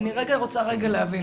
אני רוצה להבין.